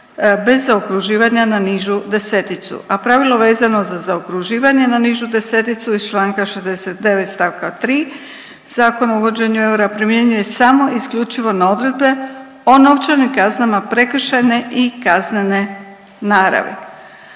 bez zaokruživanja na nižu deseticu, a pravilo vezano za zaokruživanje na nižu deseticu iz čl. 69. st. 3. Zakona o uvođenju eura primjenjuje samo i isključivo na odredbe o novčanim kaznama prekršajne i kaznene naravi.